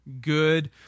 good